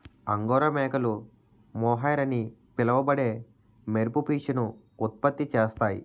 angora మేకలు mohair అని పిలువబడే మెరుపు పీచును ఉత్పత్తి చేస్తాయి